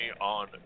on